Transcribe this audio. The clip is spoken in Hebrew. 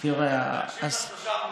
כי נצטרך להקשיב לשלושה עמודים.